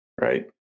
right